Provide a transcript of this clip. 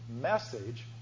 message